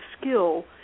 skill